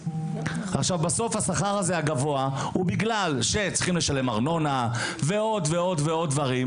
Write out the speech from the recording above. בסוף השכר הגבוה הוא בגלל שצריכים לשלם ארנונה ועוד דברים,